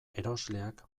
erosleak